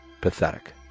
Pathetic